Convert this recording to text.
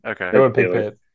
Okay